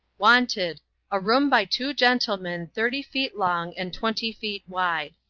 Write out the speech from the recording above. wanted a room by two gentlemen thirty feet long and twenty feet wide.